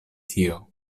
tio